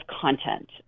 content